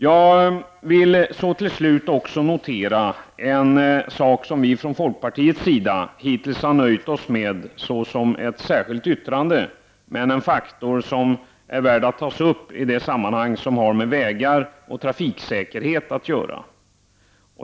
Jag vill slutligen också notera en sak som vi i folkpartiet hittills nöjt oss med att ta upp i ett särskilt yttrande, men det är en faktor som är värd att ta upp i det sammanhang som har med vägar och trafiksäkerhet att göra.